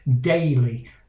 daily